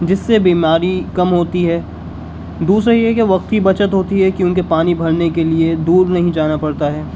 جس سے بیماری کم ہوتی ہے دوسرے یہ کہ وقت کی بچت ہوتی ہے کہ ان کے پانی بھرنے کے لیے دور نہیں جانا پڑتا ہے